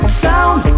sound